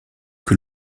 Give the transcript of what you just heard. que